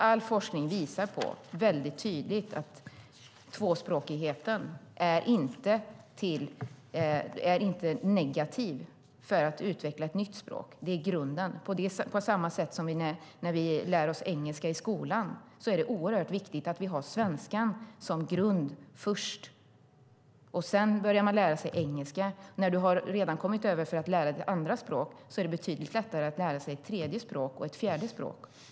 All forskning visar väldigt tydligt att tvåspråkigheten inte är negativ för utvecklingen av ett nytt språk. Det är grunden. Det är på samma sätt när vi lär oss engelska i skolan. Då är det oerhört viktigt att vi har svenskan som grund först. Sedan börjar man lära sig engelska. När man redan har lärt sig ett andra språk är det betydligt lättare att lära sig ett tredje och ett fjärde språk.